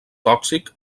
tòxic